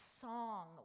song